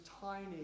tiny